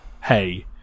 hey